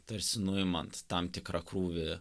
tarsi nuimant tam tikrą krūvį